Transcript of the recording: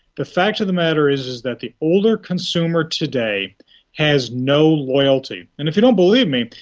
the fact of the matter is is that the older consumer today has no loyalty. and if you don't believe me,